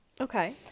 Okay